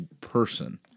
person